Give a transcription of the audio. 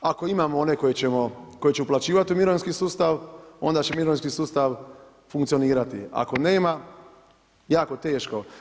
Ako imamo one koji će uplaćivat u mirovinski sustav, onda će mirovinski sustav funkcionirati, ako nema, jako teško.